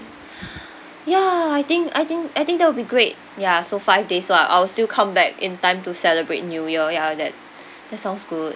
ya I think I think I think that'll be great ya so five days lah I'll still come back in time to celebrate new year ya that that sounds good